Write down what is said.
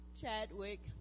Chadwick